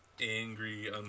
angry